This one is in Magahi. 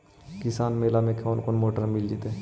किसान मेला में कोन कोन मोटर मिल जैतै?